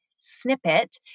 snippet